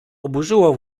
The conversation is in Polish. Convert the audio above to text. oburzyło